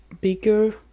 bigger